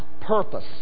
purpose